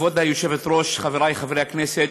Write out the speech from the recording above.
כבוד היושבת-ראש, חברי חברי הכנסת,